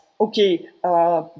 okay